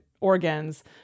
organs